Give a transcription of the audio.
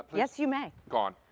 yes, you may. gone!